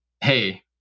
hey